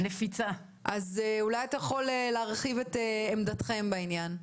אז אולי אתה יכול להרחיב את עמדתכם בעניין.